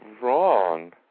wrong